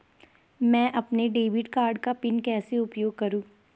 मैं अपने debit card का पिन कैसे उपयोग करूँ?